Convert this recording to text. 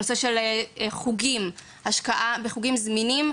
הנושא של חוגים: השקעה בחוגים זמינים,